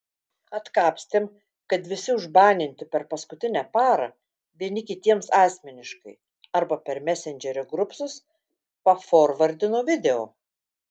atkapstėm kad visi užbaninti per paskutinę parą vieni kitiems asmeniškai arba per mesendžerio grupsus paforvardino video